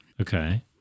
Okay